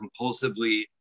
compulsively